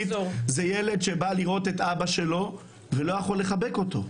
זה ילד שבא לראות את אבא שלו ולא יכול לחבק אותו.